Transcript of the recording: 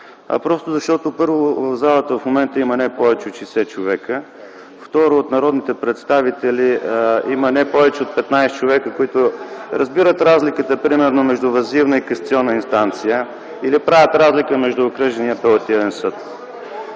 просто защото, първо, в залата в момента има не повече от 60 човека. Второ, от народните представители има не повече от 15 човека, които разбират разликата примерно между въззивна и касационна инстанция (шум и реплики), или правят разлика между окръжния апелативен съд.